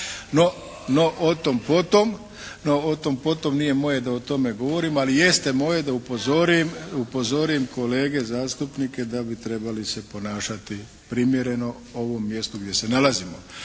no o tom potom nije moje da o tome govorim, ali jeste moje da upozorim kolege zastupnike da bi trebali se ponašati primjereno ovom mjestu gdje se nalazimo.